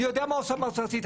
אני יודע מה עושה המועצה הארצית,